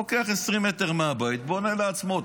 הוא לוקח 20 מטר מהבית ובונה לעצמו.